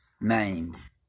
names